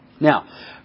Now